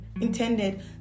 intended